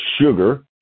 Sugar